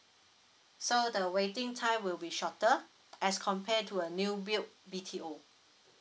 so the waiting time will be shorter as compared to a new build B_T_O